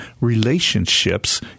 relationships